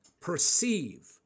perceive